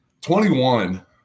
21